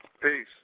Peace